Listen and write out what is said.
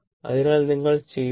അതിനാൽ നിങ്ങൾ ചെയ്താൽ